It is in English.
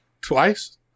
Twice